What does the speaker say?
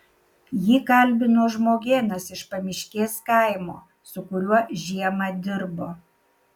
jį kalbino žmogėnas iš pamiškės kaimo su kuriuo žiemą dirbo